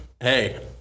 hey